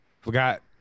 forgot